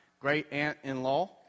great-aunt-in-law